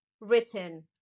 written